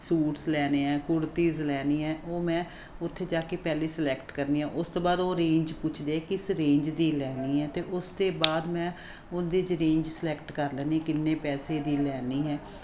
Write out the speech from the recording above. suits ਲੈਣੇ ਹੈ ਕੁੜਤੀਜ਼ ਲੈਣੀ ਹੈ ਉਹ ਮੈਂ ਉੱਥੇ ਜਾ ਕੇ ਪਹਿਲਾਂ ਸਲੈਕਟ ਕਰਦੀ ਐ ਉਸ ਤੋਂ ਬਾਅਦ ਉਹ ਰੇਂਜ ਪੁੱਛਦੇ ਐ ਕਿਸ ਰੇਂਜ ਦੀ ਲੈਣੀ ਹੈ ਅਤੇ ਉਸ ਤੋਂ ਬਾਅਦ ਮੈਂ ਉਹਦੇ 'ਚ ਰੇਂਜ ਸਲੈਕਟ ਕਰ ਲੈਂਦੀ ਹਾਂ ਕਿੰਨੇ ਪੈਸੇ ਦੀ ਲੈਣੀ ਹੈ